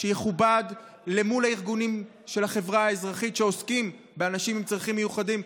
שיכובד מול הארגונים של החברה האזרחית שעוסקים באנשים עם צרכים מיוחדים?